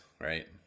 right